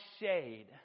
shade